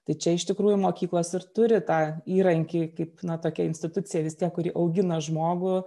tai čia iš tikrųjų mokyklos ir turi tą įrankį kaip na tokia institucija vis tie kuri augina žmogų